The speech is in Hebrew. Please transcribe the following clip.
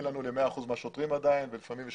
עדיין אין לנו ל-100 אחוזים מהשוטרים ולפעמים יש